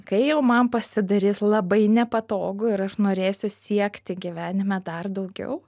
kai jau man pasidarys labai nepatogu ir aš norėsiu siekti gyvenime dar daugiau